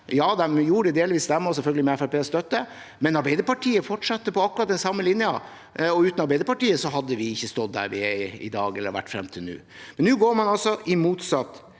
Ja, de gjorde det delvis, og selvfølgelig med Fremskrittspartiets støtte, men Arbeiderpartiet fortsatte på akkurat den samme linjen, og uten Arbeiderpartiet hadde vi ikke stått der vi er i dag, eller der vi har vært frem til nå. Nå går man altså i motsatt